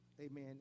Amen